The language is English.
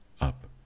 up